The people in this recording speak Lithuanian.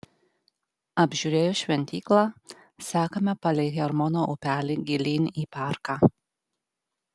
apžiūrėjus šventyklą sekame palei hermono upelį gilyn į parką